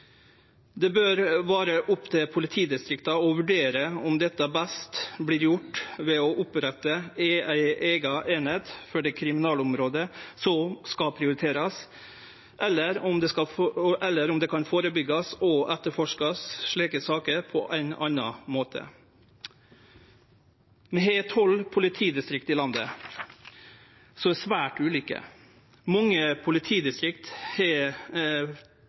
Det bør vere opp til politidistrikta å vurdere om dette best vert gjort ved å opprette ei eiga eining for det kriminalitetsområdet som skal prioriterast, eller om slike saker kan førebyggjast og etterforskast på ein annan måte. Vi har tolv politidistrikt i landet, og dei er svært ulike. Mange politidistrikt har